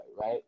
right